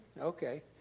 Okay